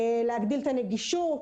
להגדיל נגישות,